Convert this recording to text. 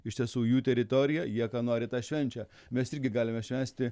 iš tiesų jų teritorija jie ką nori tą švenčia mes irgi galime švęsti